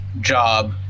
job